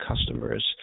customers